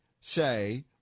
say